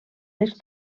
les